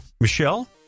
Michelle